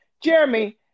Jeremy